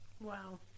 Wow